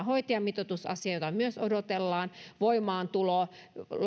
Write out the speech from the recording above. hoitajamitoitusasia jota myös odotellaan voimaantulo